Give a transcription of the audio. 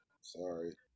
Sorry